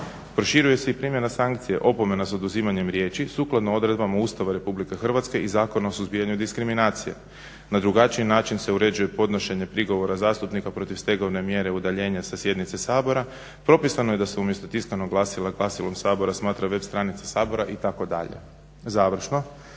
Proširuje se i primjena sankcije, opomena za oduzimanjem riječi sukladno odredbama Ustava RH i Zakona o suzbijanju diskriminacije, na drugačiji način se uređuje podnošenje prigovora zastupnika protiv stegovne mjere udaljenja sa sjednice Sabora, propisano je da se umjesto tiskanog glasila glasilom Sabora smatra web stranica Sabora itd. Završno,